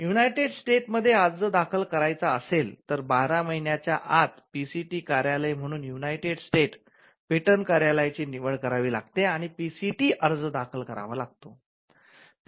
United States मध्ये अर्ज दाखल करायचा असेल तर १२ महिन्यांच्या आत पीसीटी कार्यालय म्हणून युनायटेड स्टेटस् पेटंट कार्यालयाची निवड करावी लागते आणि पीसीटी अर्ज दाखल करावा लागतो